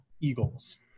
Eagles